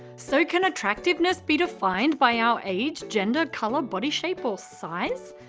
so can attractiveness be defined by our age, gender, colour, body shape or size?